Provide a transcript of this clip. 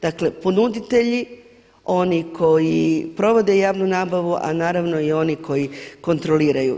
Dakle, ponuditelji, oni koje provode javnu nabavu, a naravno i oni koji kontroliraju.